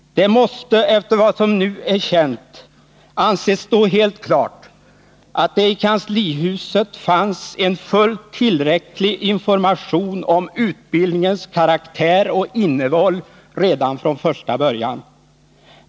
Det måste, efter vad som nu är känt, anses stå helt klart att det i kanslihuset fanns en fullt tillräcklig information om utbildningens karaktär och innehåll redan från första början.